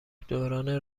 دوران